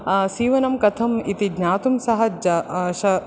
सीवनं कथम् इति ज्ञातुं सः